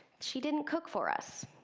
she didn't cook for us.